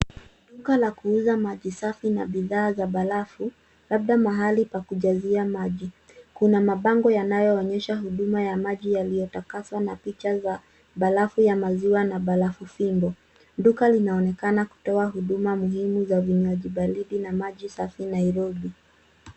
Duka la kuhusa maji safi na bidhaa za barafu, labda mahali pa kujazia maji. Kuna mapango yanayoonyesha huduma ya maji yaliyotakaswa mapicha za barafu ya maziwa na barafu fimbo duka linaonekana kutoa hudumu muhimu za vinywaji baridi na maji safi nairobi.